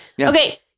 okay